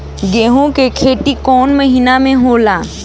गेहूं के खेती कौन महीना में होला?